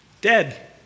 Dead